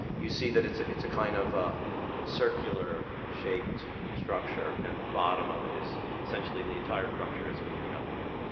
you see that it's a it's a kind of a circular shaped structure and the bottom of it is essentially the entire structure is moving up and down.